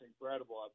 incredible